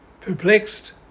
perplexed